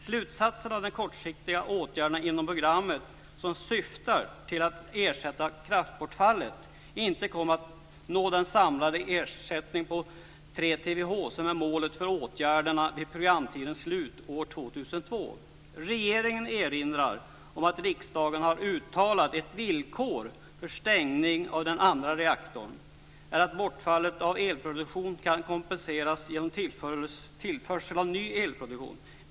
Slutsatsen av de kortsiktiga åtgärderna inom programmet, som syftar till att ersätta kraftbortfallet, är att man inte kommer att kunna nå den samlande ersättning på 3 TWh som är målet för åtgärderna vid programtidens slut år 2002. Regeringen erinrar om att riksdagen har uttalat att ett villkor för stängningen av den andra reaktorn är att borfallet av elproduktionen kan kompenseras genom tillförsel av ny elproduktion.